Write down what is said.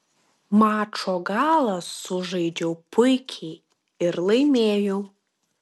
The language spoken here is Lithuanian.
mačo galą sužaidžiau puikiai ir laimėjau